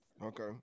Okay